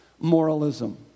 moralism